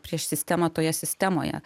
prieš sistemą toje sistemoje